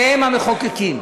והם המחוקקים.